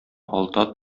алда